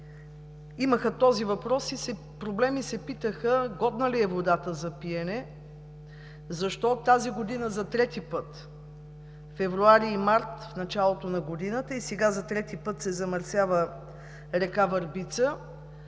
имаха този въпрос и проблем, и се питаха годна ли е водата за пиене, защо тази година за трети път – февруари и март, в началото на годината, и сега за трети път се замърсява река Върбица,